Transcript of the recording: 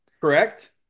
Correct